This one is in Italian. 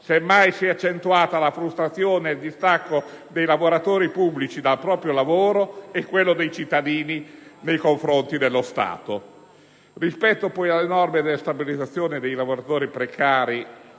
Semmai si sono accentuate la frustrazione e il distacco, sia dei lavoratori pubblici dal proprio lavoro, sia dei cittadini nei confronti dello Stato. Rispetto poi alle norme sulla stabilizzazione dei lavoratori precari,